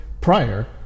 prior